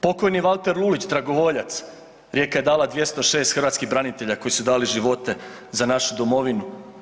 Pokojni Valter Lulić, dragovoljac, Rijeka je dala 206 hrvatskih branitelja koji su dali živote za našu domovinu.